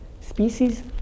species